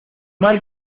mal